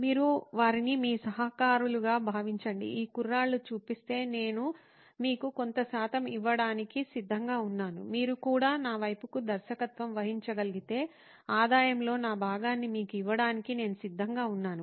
మీరు వారిని మీ సహకారులుగా భావించండి ఈ కుర్రాళ్ళు చూపిస్తే నేను మీకు కొంత శాతం ఇవ్వడానికి సిద్ధంగా ఉన్నాను మీరు కూడా నా వైపుకు దర్శకత్వం వహించగలిగితే ఆదాయంలో నా భాగాన్ని మీకు ఇవ్వడానికి నేను సిద్ధంగా ఉన్నాను